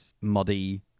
muddy